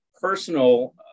personal